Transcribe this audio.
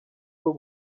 bwo